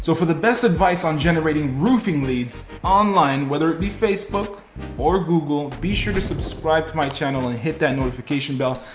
so or the best advice on generating roofing leads online, whether it be facebook or google, be sure to subscribe to my channel and hit that notification bell,